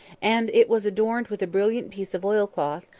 and it was adorned with a brilliant piece of oil-cloth,